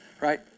right